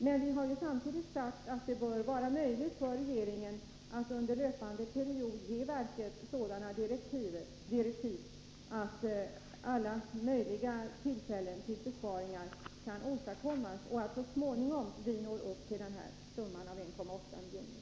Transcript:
Men vi har samtidigt sagt att det bör vara möjligt för regeringen att under löpande period ge verket sådana direktiv att alla möjliga tillfällen till besparingar tillvaratas, så att vi så småningom når upp till summan 1,8 milj.kr.